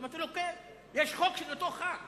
אמרתי לו: כן, יש חוק של אותו חבר כנסת.